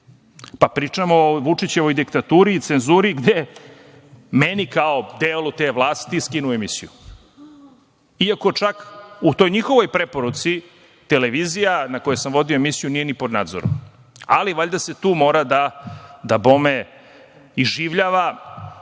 Pričamo o Vučićevoj diktaturi i cenzuri gde meni kao delu te vlasti skinu emisiju, iako čak u toj njihovoj preporuci televizija na kojoj sam vodio emisiju nije ni pod nadzorom, ali valjda tu mora da se iživljava